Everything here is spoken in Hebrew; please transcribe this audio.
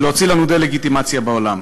ולעשות לנו דה-לגיטימציה בעולם.